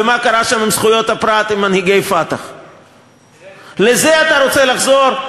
ומה קרה עם זכויות הפרט עם מנהיגי "פתח"; לזה אתה רוצה לחזור?